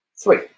Three